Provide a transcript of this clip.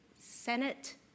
Senate